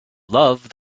love